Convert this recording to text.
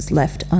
left